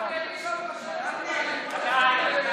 אני מעדיפה, פינדרוס, תתרגל.